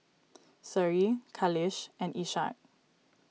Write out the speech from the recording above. Seri Khalish and Ishak